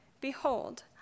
Behold